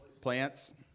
Plants